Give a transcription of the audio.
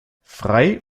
frei